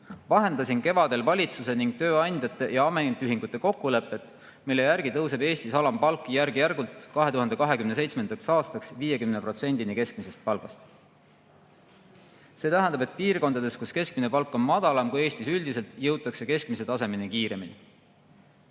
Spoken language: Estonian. Vahendasin kevadel valitsuse ning tööandjate ja ametiühingute kokkulepet, mille järgi tõuseb Eestis alampalk järk-järgult 2027. aastaks 50%-ni keskmisest palgast. See tähendab, et piirkondades, kus keskmine palk on madalam kui Eestis üldiselt, jõutakse keskmise tasemeni kiiremini.